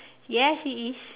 yes he is